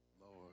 Lord